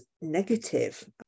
negative